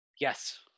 Yes